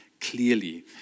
clearly